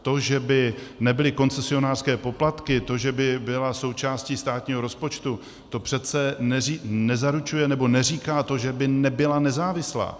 To že by nebyly koncesionářské poplatky, to, že by byla součástí státního rozpočtu, to přece nezaručuje, nebo neříká tom, že by nebyla nezávislá.